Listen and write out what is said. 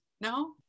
No